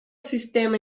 sistema